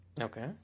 Okay